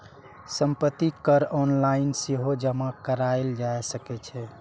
संपत्ति कर ऑनलाइन सेहो जमा कराएल जा सकै छै